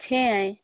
چھ ہیں